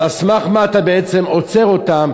אז על סמך מה אתה בעצם עוצר אותם